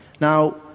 Now